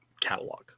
catalog